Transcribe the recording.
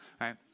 right